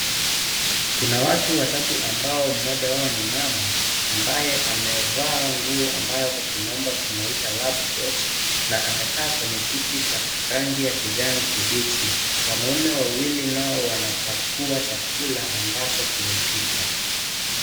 Kuna watu watatu ambao mmoja wao ni mama ambaye amevaa nguo ambayo kwa kimombo tunaita lab coat na amekaa kwenye kiti cha rangi ya kijani kibichi, wanaume wawili nao wanapakua chakula ambacho kimepikwa.